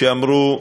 שאמרו: